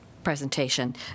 Presentation